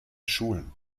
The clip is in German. schulen